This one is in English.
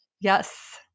Yes